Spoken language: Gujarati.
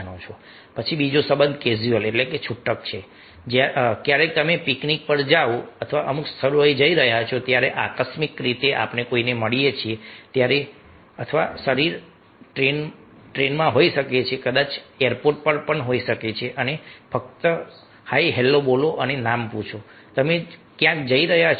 પછી બીજો સંબંધ કેઝ્યુઅલછુટકછે ક્યારેક તમે પિકનિક પર અથવા અમુક સ્થળોએ જઈ રહ્યા છો અને આકસ્મિક રીતે આપણે મળીએ છીએ કોઈ શરીર ટ્રેનમાં હોઈ શકે છે કદાચ એરપોર્ટ પર હોઈ શકે છે અને ફક્ત હાય હેલો બોલો અને નામ પૂછો તમે ક્યાં જઈ રહ્યા છો